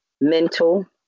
mental